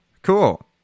Cool